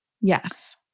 yes